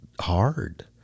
hard